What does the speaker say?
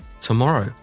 tomorrow